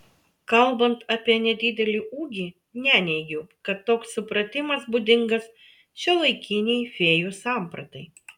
kalbant apie nedidelį ūgį neneigiu kad toks supratimas būdingas šiuolaikinei fėjų sampratai